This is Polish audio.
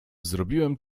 zrobiłem